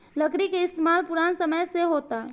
लकड़ी के इस्तमाल पुरान समय से होता